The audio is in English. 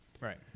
Right